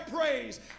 praise